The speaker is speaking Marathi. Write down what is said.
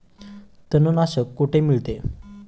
तणनाशक कुठे मिळते?